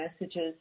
messages